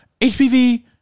hpv